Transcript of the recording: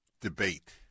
debate